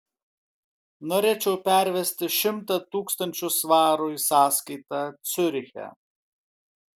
norėčiau pervesti šimtą tūkstančių svarų į sąskaitą ciuriche